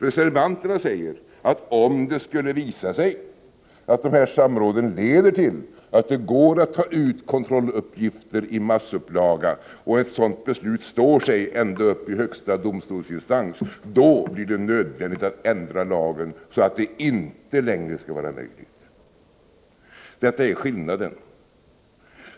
Reservanterna säger, att om det skulle visa sig att samråden leder till att det går att ta ut kontrolluppgifter i massupplaga och att ett sådant beslut står sig ända upp i högsta domstolsinstans, blir det nödvändigt att ändra lagen, så att sådant inte längre blir möjligt. Detta är skillnaden.